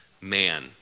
man